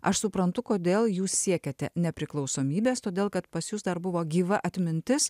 aš suprantu kodėl jūs siekiate nepriklausomybės todėl kad pas jus dar buvo gyva atmintis